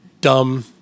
dumb